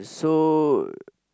so